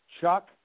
chuck